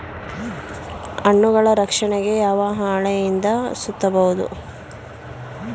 ಹಣ್ಣುಗಳ ರಕ್ಷಣೆಗೆ ಯಾವ ಹಾಳೆಯಿಂದ ಸುತ್ತಬಹುದು?